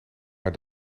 maar